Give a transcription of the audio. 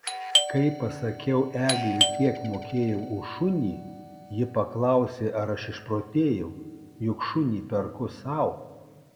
kai pasakiau eglei kiek mokėjau už šunį ji paklausė ar aš išprotėjau juk šunį perku sau